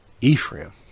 ephraim